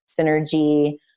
synergy